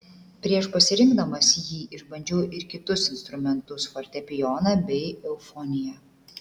prieš pasirinkdamas jį išbandžiau ir kitus instrumentus fortepijoną bei eufoniją